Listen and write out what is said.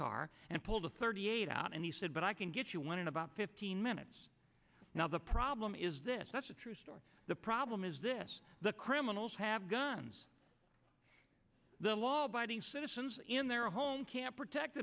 car and pulled a thirty eight out and he said but i can get you one in about fifteen minutes now the problem is this that's the problem is this the criminals have guns the law abiding citizens in their home can't protect